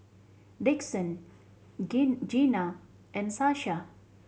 Dixon Gemu Gena and Sasha